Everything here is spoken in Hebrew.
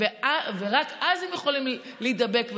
ורק אז הם יכולים להידבק ולהדביק.